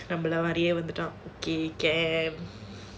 ரொம்பலாம் அப்டியே இருந்துட்டோம்:rombalaam apdiyae irunthutom okay can